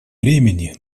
времени